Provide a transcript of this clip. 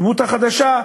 הדמות החדשה,